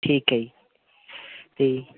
ਠੀਕ ਹੈ ਜੀ ਅਤੇ